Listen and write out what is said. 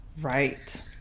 Right